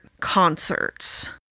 concerts